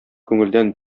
күңелдән